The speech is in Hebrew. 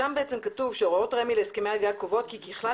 שם בעצם כתוב ש"הוראות רשות מקרקעי ישראל להסכמי הגג קובעות כי ככלל